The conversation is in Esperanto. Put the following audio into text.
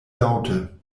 laŭte